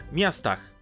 miastach